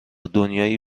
دنیایی